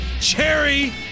Cherry